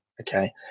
Okay